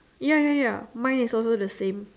ya ya ya mine is also the same